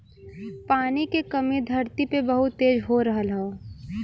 पानी के कमी धरती पे बहुत तेज हो रहल हौ